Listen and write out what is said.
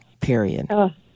period